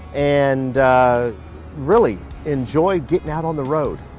and really enjoy getting out on the road,